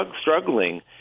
struggling